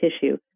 tissue